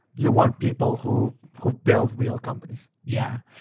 you want people who who build real companies. yeah.